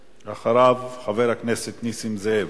אחריו, חבר הכנסת נסים זאב.